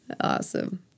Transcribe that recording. Awesome